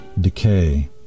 decay